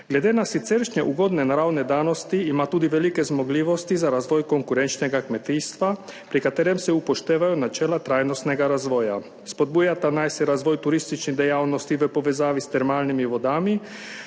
Glede na siceršnje ugodne naravne danosti ima tudi velike zmogljivosti za razvoj konkurenčnega kmetijstva, pri katerem se upoštevajo načela trajnostnega razvoja. Spodbujata naj se razvoj turistične dejavnosti v povezavi s termalnimi vodami